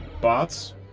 Bots